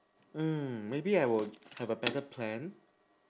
mm maybe I would have a better plan